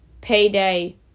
payday